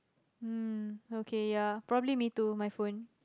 mm okay ya probably me too my phone